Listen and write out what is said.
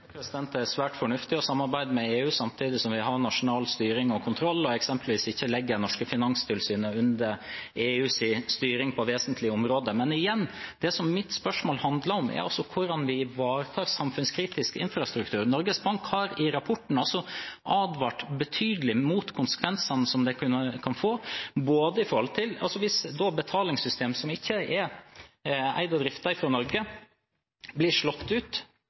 Det er svært fornuftig å samarbeide med EU samtidig som vi har nasjonal styring og kontroll, og eksempelvis ikke legger det norske finanstilsynet under EUs styring på vesentlige områder. Men igjen: Det mitt spørsmål handler om, er hvordan vi ivaretar samfunnskritisk infrastruktur. Norges Bank har i rapporten advart betydelig mot konsekvensene det kunne få hvis betalingssystem som ikke er eid og driftet fra Norge, blir slått ut,